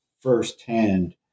firsthand